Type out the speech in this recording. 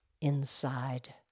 inside